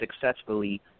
successfully